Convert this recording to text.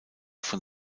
von